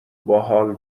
باحال